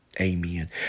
Amen